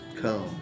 come